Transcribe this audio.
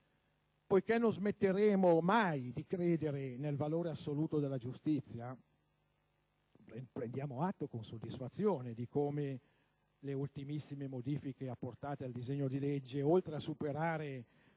poiché non smetteremo mai di credere nel valore assoluto della giustizia, prendiamo atto con soddisfazione di come le ultimissime modifiche apportate al disegno di legge, oltre a superare